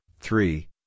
three